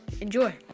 enjoy